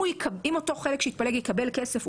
אם אותו חלק שהתפלג יקבל כסף,